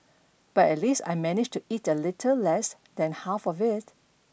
but at least I managed to eat a little less than half of it